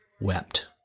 wept